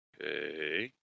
Okay